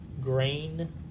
grain